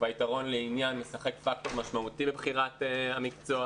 והיתרון לעניין משחק פקטור משמעותי לבחירת המקצוע.